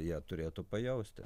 jie turėtų pajausti